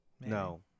No